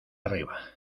arriba